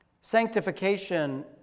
Sanctification